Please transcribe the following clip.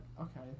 okay